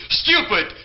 stupid